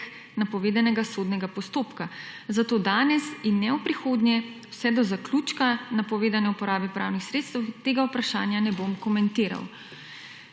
napovedanega sodnega postopka. Zato danes in ne v prihodnje vse do zaključka napovedane uporabe pravnih sredstev tega vprašanja ne bom komentiral.